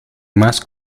más